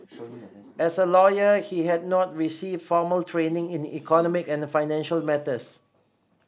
as a lawyer he had not received formal training in the economic and financial matters